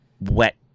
wet